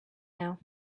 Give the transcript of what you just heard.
now